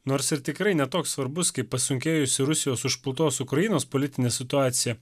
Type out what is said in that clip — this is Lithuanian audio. nors ir tikrai ne toks svarbus kaip pasunkėjusi rusijos užpultos ukrainos politinė situacija